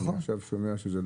אני רוצה לדעת